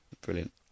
Brilliant